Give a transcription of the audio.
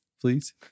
please